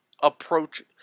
approach